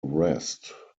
rest